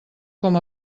com